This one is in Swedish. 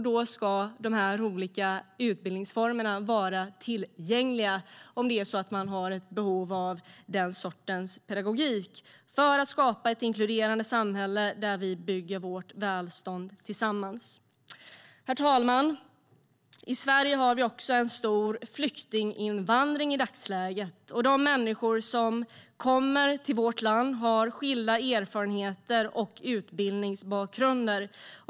Då ska de olika utbildningsformerna vara tillgängliga, ifall man har behov av den sortens pedagogik, för att skapa ett inkluderande samhälle där vi bygger vårt välstånd tillsammans. Herr talman! I Sverige har vi också en stor flyktinginvandring i dagsläget. De människor som kommer till vårt land har skilda erfarenheter och utbildningsbakgrunder.